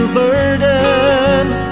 burdened